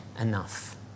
enough